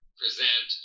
present